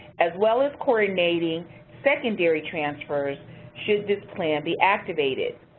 as well as coordinating secondary transfers should this plan be activated.